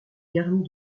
garni